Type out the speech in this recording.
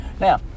Now